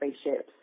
spaceships